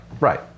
right